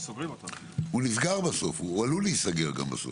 הוא נסגר בסוף או עלול להיסגר בסוף.